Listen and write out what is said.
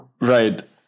Right